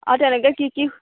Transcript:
অঁ তেনেকৈ কি কি